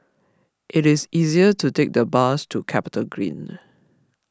it is easier to take the bus to Capita Green